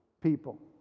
people